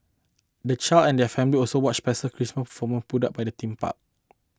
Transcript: the child and their families also watched special Christmas performances put up by the theme park